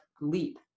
leap